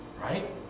Right